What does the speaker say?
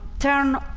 turn,